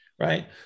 right